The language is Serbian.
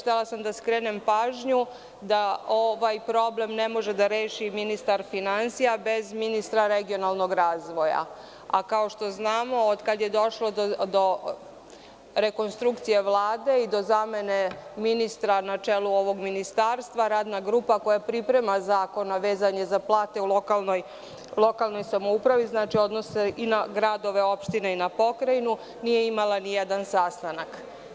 Htela sam da skrenem pažnju da ovaj problem ne može da reši ministar finansija bez ministra regionalnog razvoja, a kao što znamo od kada je došlo do rekonstrukcije Vlade i zamene ministra na čelu ovog ministarstva, radna grupa koja priprema zakon a vezano za plate u lokalnoj samoupravi odnosi se i na gradove, opštine i pokrajinu i nije imala nijedan sastanak.